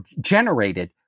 generated